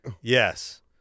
Yes